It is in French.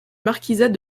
marquisat